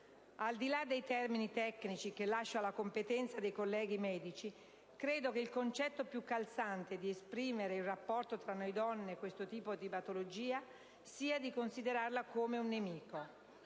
Al di là dei termini tecnici, che lascio alla competenza dei colleghi medici, credo che il concetto più calzante per esprimere il rapporto tra noi donne e questo tipo di patologia sia di considerarla come un "nemico".